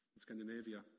Scandinavia